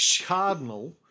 cardinal